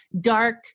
dark